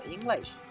English